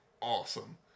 awesome